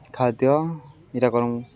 ଖାଦ୍ୟ ନିରାକରଣ